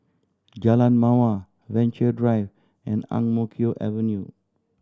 Jalan Mawar Venture Drive and Ang Mo Kio Avenue